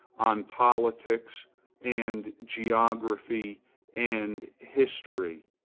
on politics and geography and history.